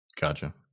Gotcha